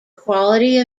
quality